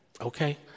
Okay